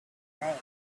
name